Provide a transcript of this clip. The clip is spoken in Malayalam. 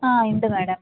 ആ ഉണ്ട് മാഡം